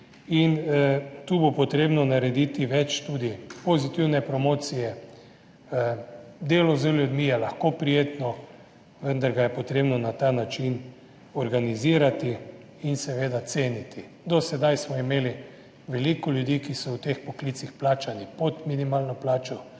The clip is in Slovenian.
in tu bo treba narediti več tudi pozitivne promocije. Delo z ljudmi je lahko prijetno, vendar ga je treba na ta način organizirati in seveda ceniti. Do sedaj smo imeli veliko ljudi, ki so v teh poklicih plačani pod minimalno plačo